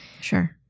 sure